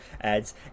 adds